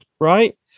Right